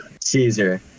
Caesar